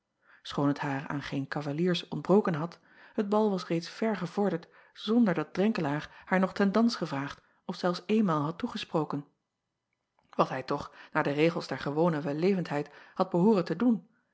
choon het haar aan geen cavaliers acob van ennep laasje evenster delen ontbroken had het bal was reeds ver gevorderd zonder dat renkelaer haar nog ten dans gevraagd of zelfs eenmaal had toegesproken wat hij toch naar de regels der gewone wellevendheid had behooren te doen